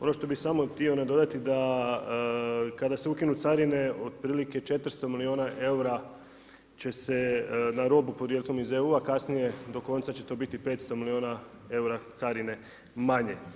Ono što bih samo htio nadodati da kada se ukinu carine otprilike 400 milijuna eura će se na robu podrijetlom iz EU-a, kasnije do konca će to biti 500 milijuna eura carine manje.